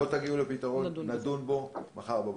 אם לא תגיעו לפתרון נדון בזה מחר בבוקר.